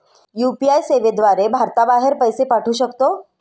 UPI सेवेद्वारे भारताबाहेर पैसे पाठवू शकतो